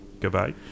Goodbye